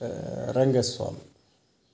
Rangaswamy